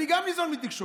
גם אני ניזון מתקשורת,